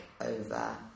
over